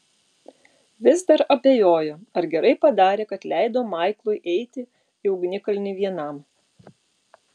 vis dar abejojo ar gerai padarė kad leido maiklui eiti į ugnikalnį vienam